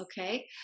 Okay